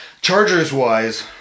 Chargers-wise